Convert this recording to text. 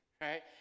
right